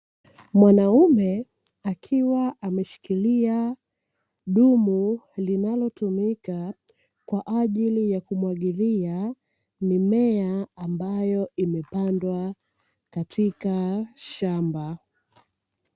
Mwanaume akiwa ameshikilia dumu linalotumika kwa ajili ya kumwagilia mimea ambayo imepandwa katika shamba.